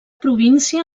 província